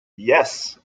yes